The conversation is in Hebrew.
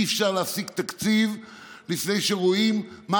אי-אפשר להפסיק תקציב לפני שרואים מה